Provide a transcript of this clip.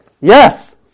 Yes